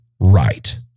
right